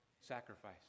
sacrifice